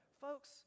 Folks